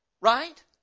Right